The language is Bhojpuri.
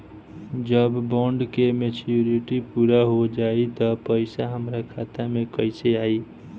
जब बॉन्ड के मेचूरिटि पूरा हो जायी त पईसा हमरा खाता मे कैसे आई?